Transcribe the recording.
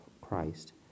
Christ